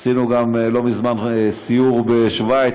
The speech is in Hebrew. עשינו גם לא מזמן סיור בשוויץ,